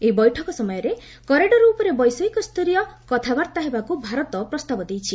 ଏହି ବୈଠକ ସମୟରେ କରିଡର ଉପରେ ବୈଷୟିକ ସ୍ତରୀୟ କଥାବାର୍ତ୍ତା ହେବାକୁ ଭାରତ ପ୍ରସ୍ତାବ ଦେଇଛି